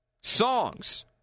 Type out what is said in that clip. songs